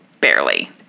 Barely